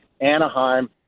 Anaheim